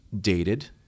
dated